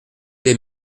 des